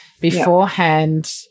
beforehand